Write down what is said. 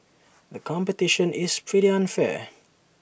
the competition is pretty unfair